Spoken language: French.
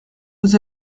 vous